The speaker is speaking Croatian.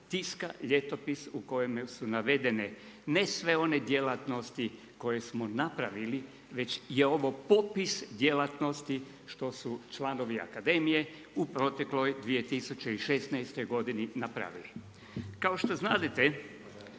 tiska ljetopis u kojemu su navedene ne sve one djelatnosti koje smo napravili, već je ovo popis djelatnosti što su članovi akademije u protekloj 2016. godini napravili. Kao što znadete